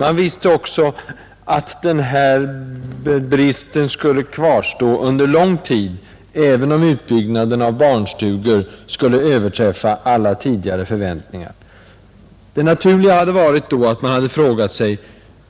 Man visste också att denna brist skulle kvarstå under lång tid även om utbyggnaden av barnstugor skulle överträffa alla förväntningar. Det naturliga hade då varit att man hade frågat sig: